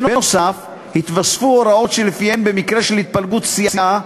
כן התווספו הוראות שלפיהן במקרה של התפלגות סיעה,